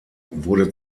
wurde